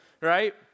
right